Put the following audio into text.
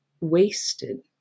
wasted